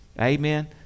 amen